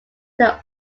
that